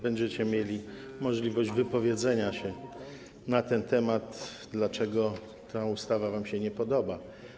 Będziecie mieli możliwość wypowiedzenia się na temat, dlaczego ta ustawa wam się nie podoba.